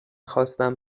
خواستم